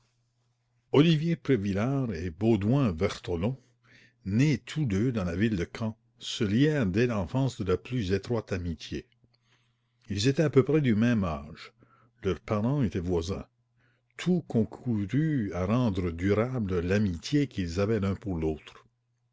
olivier prévillars et baudouin vertolon nés tous deux dans la ville de caen se lièrent dès l'enfance de la plus étroite amitié ils étaient à-peu-près du même âge leurs parens étaient voisins tout concourut à rendre durable l'amitié qu'ils avaient l'un pour l'autre